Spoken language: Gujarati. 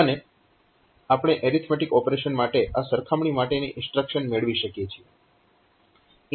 અને આપણે એરીથમેટીક ઓપરેશન માટે આ સરખામણી માટેની ઇન્સ્ટ્રક્શન મેળવી શકીએ છીએ